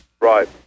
Right